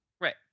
Right